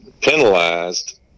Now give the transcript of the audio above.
penalized